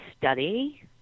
study